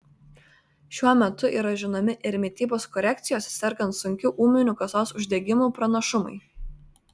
šiuo metu yra žinomi ir mitybos korekcijos sergant sunkiu ūminiu kasos uždegimu pranašumai